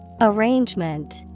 Arrangement